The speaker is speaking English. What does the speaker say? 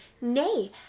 nay